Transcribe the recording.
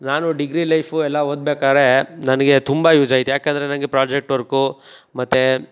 ನಾನು degree life ಎಲ್ಲ ಓದ್ಬೆಕಾರೇ ನನಗೆ ತುಂಬ ಯೂಸಾಯ್ತು ಏಕೆಂದ್ರೆ ನಂಗೆ ಪ್ರಾಜೆಕ್ಟ್ ವರ್ಕು ಮತ್ತು